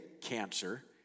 cancer